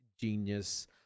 genius